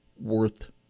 worth